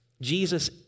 Jesus